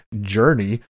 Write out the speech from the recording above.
journey